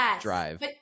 drive